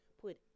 put